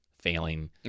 failing